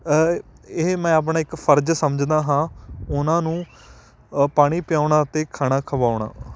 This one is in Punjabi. ਇਹ ਮੈਂ ਆਪਣਾ ਇੱਕ ਫਰਜ਼ ਸਮਝਦਾ ਹਾਂ ਉਹਨਾਂ ਨੂੰ ਪਾਣੀ ਪਿਆਉਣਾ ਅਤੇ ਖਾਣਾ ਖਵਾਉਣਾ